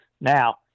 now